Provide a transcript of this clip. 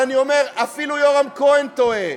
אני אומר, אפילו יורם כהן טועה,